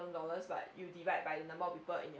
dollars but you divide by the number of people in your